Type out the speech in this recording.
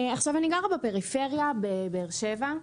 עכשיו אני גרה בפריפריה בבאר שבע,